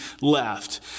left